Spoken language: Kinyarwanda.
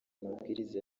amabwiriza